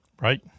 right